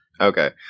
Okay